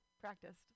practiced